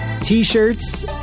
t-shirts